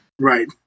Right